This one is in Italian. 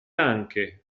anche